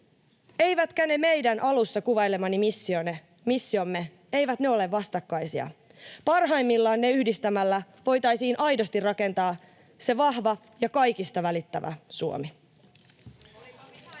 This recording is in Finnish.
eivätkä ne meidän alussa kuvailemani missiomme ole vastakkaisia. Parhaimmillaan ne yhdistämällä voitaisiin aidosti rakentaa se vahva ja kaikista välittävä Suomi.